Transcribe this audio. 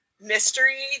mystery